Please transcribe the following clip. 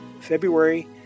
February